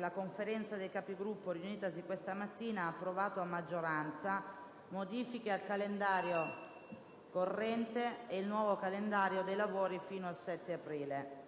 la Conferenza dei Capigruppo, riunitasi questa mattina, ha approvato, a maggioranza, modifiche al calendario corrente e il nuovo calendario dei lavori fino al 7 aprile.